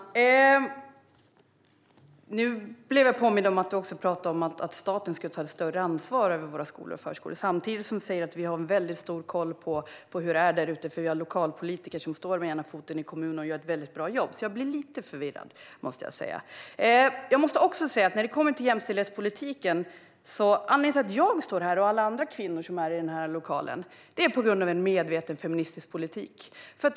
Fru talman! Nu blev jag påmind om att Stefan Jakobsson även talade om att staten ska ta ett större ansvar över skolor och förskolor. Samtidigt säger han att de har väldigt stor koll på hur det är där ute för att de har lokalpolitiker som står med ena foten i kommunen och gör ett väldigt bra jobb. Jag måste säga att jag blir lite förvirrad. När det gäller jämställdhetspolitiken vill jag också säga något. Anledningen till att jag och alla andra kvinnor finns här i lokalen är en medveten feministisk politik.